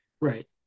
Right